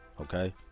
Okay